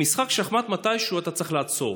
במשחק שחמט מתישהו אתה צריך לעצור